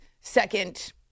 second